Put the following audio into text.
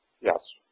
Yes